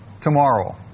Tomorrow